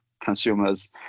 consumers